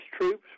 troops